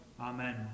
Amen